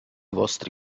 vostri